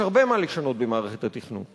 יש הרבה מה לשנות במערכת התכנון.